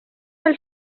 els